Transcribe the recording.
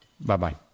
Bye-bye